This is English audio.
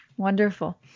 Wonderful